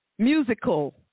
Musical